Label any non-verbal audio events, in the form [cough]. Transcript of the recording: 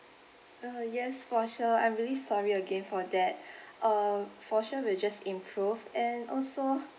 uh yes for sure I'm really sorry again for that uh for sure we'll just improve and also [laughs]